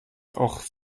auch